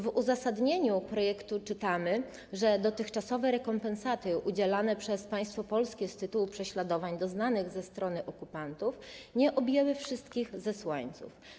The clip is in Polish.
W uzasadnieniu projektu czytamy, że dotychczasowe rekompensaty udzielane przez państwo polskie z tytułu prześladowań doznanych ze strony okupantów nie objęły wszystkich zesłańców.